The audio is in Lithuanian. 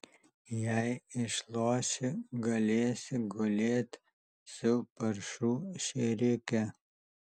jei išloši galėsi gulėt su paršų šėrike